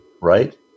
right